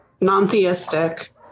non-theistic